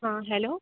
हाँ हेलो